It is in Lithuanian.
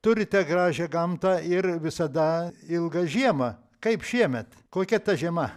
turite gražią gamtą ir visada ilgą žiemą kaip šiemet kokia ta žiema